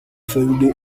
failed